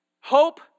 Hope